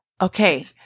Okay